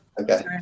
Okay